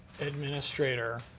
administrator